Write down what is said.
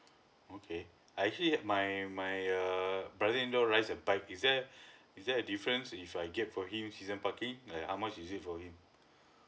okay I actually had my my err brother in law rides a bike is there is there a difference if I get for him season parking like how much it it for him